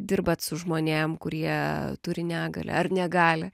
dirbat su žmonėm kurie turi negalią ar negalią